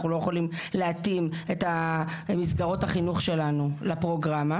אנחנו לא יכולים להתאים את המסגרות החינוך שלנו לפרוגרמה,